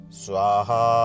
swaha